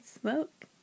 smoke